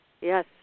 Yes